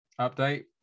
Update